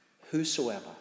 Whosoever